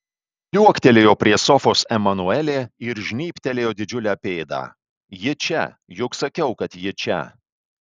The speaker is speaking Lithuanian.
liuoktelėjo prie sofos emanuelė ir žnybtelėjo didžiulę pėdą ji čia juk sakiau kad ji čia